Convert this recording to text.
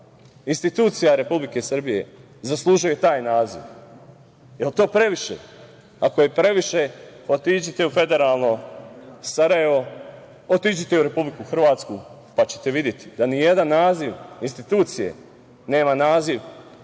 institucija Republike Srbije zaslužuje taj naziv? Jel to previše? Ako je previše, otiđite u federalno Sarajevo, otiđite u Republiku Hrvatsku, pa ćete videti da nijedan naziv institucije nema naziv